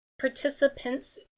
participants